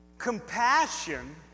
compassion